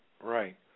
Right